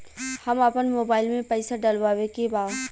हम आपन मोबाइल में पैसा डलवावे के बा?